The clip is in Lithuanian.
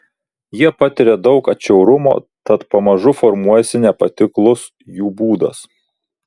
jie patiria daug atšiaurumo tad pamažu formuojasi nepatiklus jų būdas